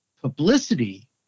publicity